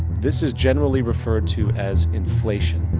this is generally referred to as inflation.